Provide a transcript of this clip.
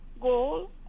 goal